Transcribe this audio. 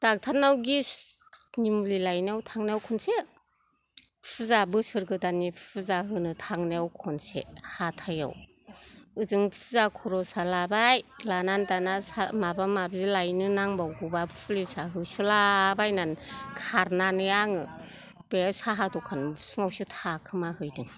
डाक्टारनाव गेसनि मुलि लायनायाव थांनायाव खनसे फुजा बोसोर गोदाननि फुजा होनो थांनायाव खनसे हाथाइयाव ओजों फुजा खर'सा लाबाय लानानै दाना सा माबा माबि लायनो नांबावगौबा पुलिसा होसोलाबायनानै खारनानै आङो बे साहा दखान उसुङावसो थाखोमाहैदों